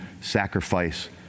sacrifice